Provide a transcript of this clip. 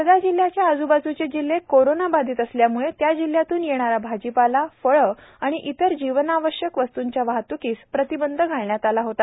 वर्धा जिल्ह्याच्या आजूबाजूचे जिल्हे कोरोना बाधित असल्याम्ळे त्या जिल्ह्यातून येणारा भाजीपाला फळे आणि इतर जीवणावश्यक वस्तूंच्या वाहत्कीस प्रतिबंध घातला होता